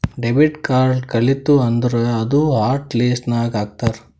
debit card ಕಳಿತು ಅಂದುರ್ ಅದೂ ಹಾಟ್ ಲಿಸ್ಟ್ ನಾಗ್ ಹಾಕ್ತಾರ್